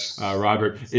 Robert